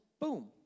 boom